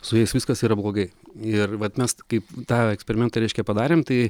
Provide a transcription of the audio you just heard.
su jais viskas yra blogai ir vat mes kaip tą eksperimentą reiškia padarėm tai